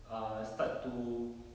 uh start to